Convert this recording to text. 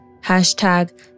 Hashtag